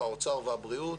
האוצר והבריאות,